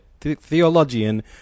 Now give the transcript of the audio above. theologian